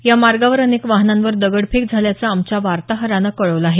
यामार्गावर अनेक वाहनांवर दगडफेक झाल्याचं आमच्या वार्ताहरानं कळवलं आहे